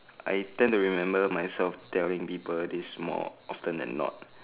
I tend to remember myself telling people to be more often than not